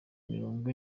mirongo